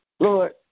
Lord